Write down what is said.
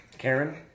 Karen